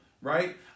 right